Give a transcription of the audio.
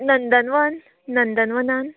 Nandanvan नंदनवनान